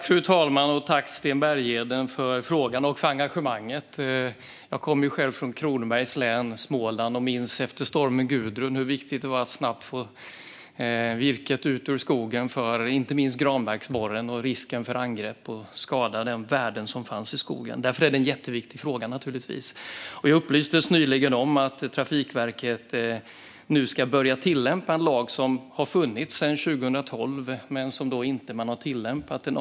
Fru talman! Tack, Sten Bergheden, för frågan och engagemanget! Jag kommer från Kronobergs län i Småland och minns hur viktigt det var efter stormen Gudrun att snabbt få virket ut ur skogen, inte minst med tanke på granbarkborren och risken för angrepp och skada på de värden som fanns i skogen. Det är en jätteviktig fråga. Jag upplystes nyligen om att Trafikverket nu ska börja tillämpa en lag, en avgiftsförordning, som har funnits sedan 2012 men som inte har tillämpats.